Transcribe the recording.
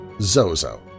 Zozo